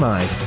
Mind